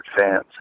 fans